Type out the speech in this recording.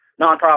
nonprofit